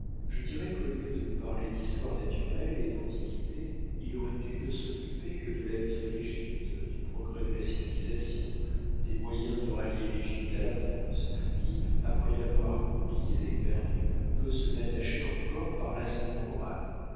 je dirai qu'au lieu de nous parler d'histoire naturelle et d'antiquités il aurait dû ne s'occuper que de l'avenir de l'égypte du progrès de la civilisation des moyens de rallier l'égypte à la france qui après l'avoir conquise et perdue peut se l'attacher encore par l'ascendant moral